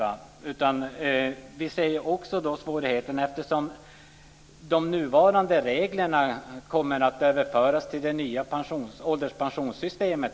Vi ser också svårigheten, eftersom de nuvarande reglerna kommer att överföras till det nya ålderspensionssystemet.